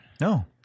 No